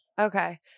Okay